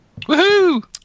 Woohoo